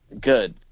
Good